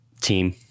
team